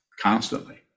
constantly